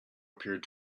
appeared